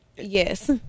yes